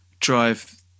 drive